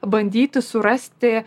bandyti surasti